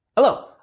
Hello